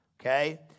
okay